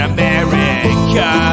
America